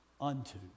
unto